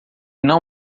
não